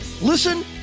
Listen